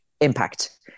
impact